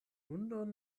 hundon